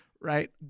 right